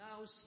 now